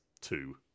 two